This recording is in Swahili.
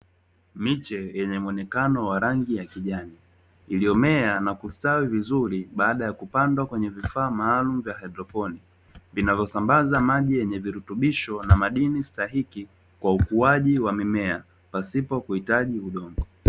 Miche yenye muonekano wa rangi ya kijani, iliyomea na kustawi vizuri baada ya kupandwa kwenye vifaa maalumu vya haidroponi, vinavyosambaza maji yenye virutubisho na madini stahiki kwa ukuaji wa mimea, pasipo kuhitaji udongo.